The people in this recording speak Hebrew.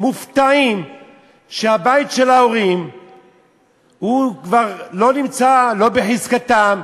הופתעו לגלות שהבית של ההורים כבר לא נמצא בחזקתם,